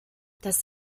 das